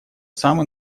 самый